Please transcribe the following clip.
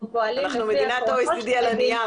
אנחנו מדינת OECD על הנייר.